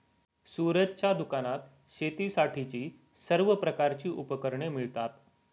सूरजच्या दुकानात शेतीसाठीची सर्व प्रकारची उपकरणे मिळतात